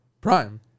prime